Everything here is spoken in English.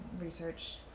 research